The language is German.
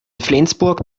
flensburg